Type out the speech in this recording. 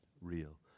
real